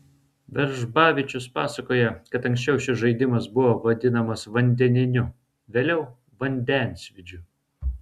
veržbavičius pasakoja kad anksčiau šis žaidimas buvo vadinamas vandeniniu vėliau vandensvydžiu